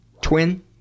twin